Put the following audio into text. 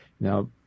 Now